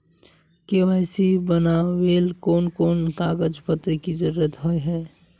KYC बनावेल कोन कोन कागज पत्र की जरूरत होय है?